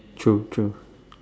true true